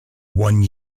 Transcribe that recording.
one